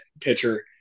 pitcher